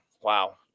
wow